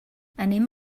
anem